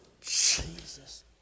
Jesus